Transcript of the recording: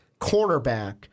cornerback